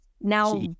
now